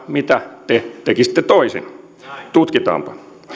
mitä te tekisitte toisin tutkitaanpa